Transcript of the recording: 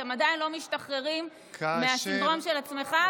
אתם עדיין לא משתחררים מהסינדרום של עצמך,